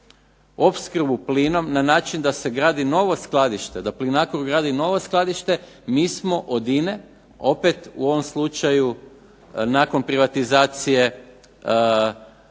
opskrbu plinom na način da se gradi novo skladište, da PLINACRO gradi novo skladište, mi smo od INA-e opet u ovom slučaju nakon privatizacije